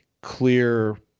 clear